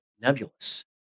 nebulous